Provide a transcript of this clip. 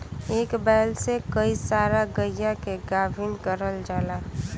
एक बैल से कई सारा गइया के गाभिन करल जाला